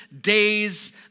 days